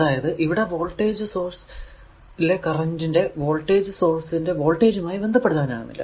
അതായതു ഇവിടെ voltage source ലെ കറന്റിനെ വോൾടേജ് സോഴ്സ് ന്റെ വോൾടേജുമായി ബന്ധപ്പെടുത്താനാകില്ല